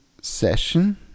session